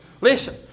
listen